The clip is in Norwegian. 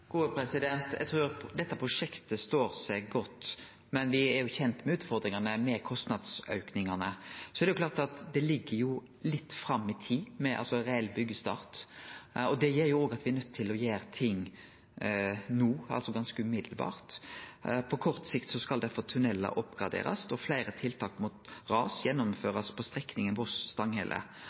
Eg trur dette prosjektet står seg godt, men vi er kjende med utfordringane med kostnadsauken. Reell byggestart ligg litt fram i tid. Det gjer at me er nøydde til å gjere ting no, altså ganske raskt. På kort sikt skal derfor tunnelar oppgraderast og fleire tiltak mot ras gjennomførast på strekninga